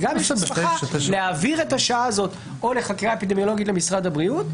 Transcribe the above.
או לחקירה אפידמיולוגית למשרד הבריאות,